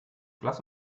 blass